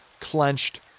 clenched